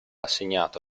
assegnato